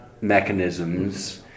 mechanisms